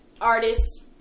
artists